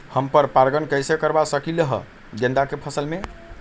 हम पर पारगन कैसे करवा सकली ह गेंदा के फसल में?